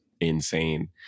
insane